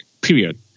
period